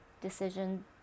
decision